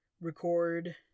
record